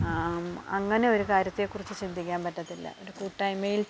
അങ്ങനെ ഒരു കാര്യത്തെ കുറിച്ച് ചിന്തിക്കാൻ പറ്റില്ല ഒരു കൂട്ടായ്മയിൽ